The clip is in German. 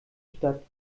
stadt